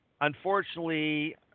Unfortunately